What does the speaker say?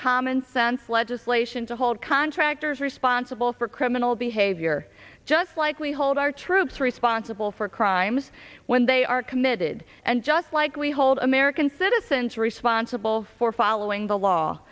commonsense legislation to hold contractors responsible for criminal behavior just like we hold our troops responsible for crimes when they are committed and just like we hold american citizens responsible for following the law